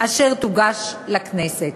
אשר תוגש לכנסת.